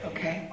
Okay